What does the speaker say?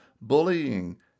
Bullying